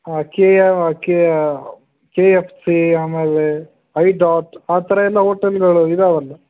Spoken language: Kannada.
K K K F C ಆಮೇಲೆ ಐಡಾಟ್ ಆ ಥರ ಎಲ್ಲ ಹೋಟಲ್ಗಳು ಇದ್ದಾವಲ್ಲ